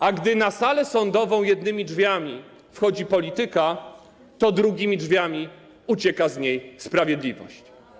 A gdy na salę sądową jednymi drzwiami wchodzi polityka, to drugimi drzwiami ucieka z niej sprawiedliwość.